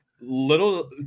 Little